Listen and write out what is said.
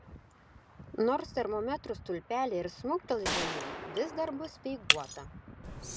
nors termometrų stulpeliai ir smuktels žemyn vis dar bus speiguota